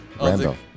Randolph